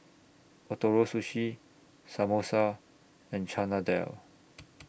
Ootoro Sushi Samosa and Chana Dal